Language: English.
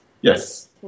Yes